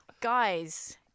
guys